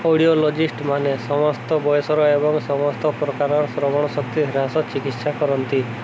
ଅଡ଼ିଓଲୋଜିଷ୍ଟ୍ମାନେ ସମସ୍ତ ବୟସର ଏବଂ ସମସ୍ତ ପ୍ରକାରର ଶ୍ରବଣ ଶକ୍ତି ହ୍ରାସ ଚିକିତ୍ସା କରନ୍ତି